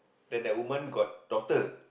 then the woman got daughter